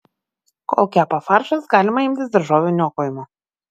kol kepa faršas galima imtis daržovių niokojimo